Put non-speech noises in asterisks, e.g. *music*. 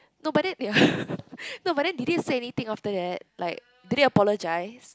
no but then ya *breath* no but then did they say anything after that like did they apologize